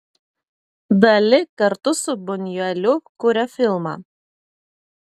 dali kartu su bunjueliu kuria filmą